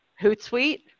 Hootsuite